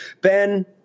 Ben